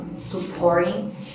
supporting